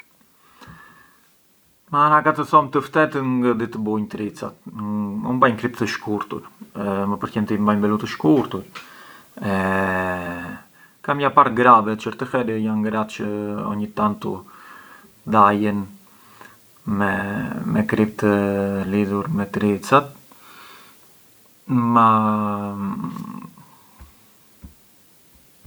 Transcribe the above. Na ka të thom të ftetën, ngë di të bunj tricat, mbanj kript të shkurtur, më përqen të i mbanj belu të shkurtur e kam ja par gravet, çerti herë jan gra çë e mbajen me… me kript lidhur me tricat ma…